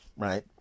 Right